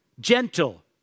gentle